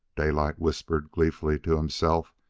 daylight whispered gleefully to himself,